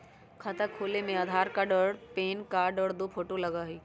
खाता खोले में आधार कार्ड और पेन कार्ड और दो फोटो लगहई?